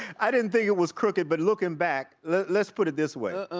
i didn't think it was crooked but lookin' back, let's put it this way,